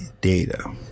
data